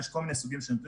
יש כל מיני סוגי נתונים,